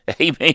Amen